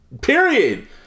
period